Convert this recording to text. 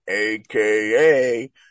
AKA